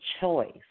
choice